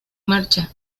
marcha